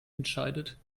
entscheidet